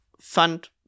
fund